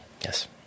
Yes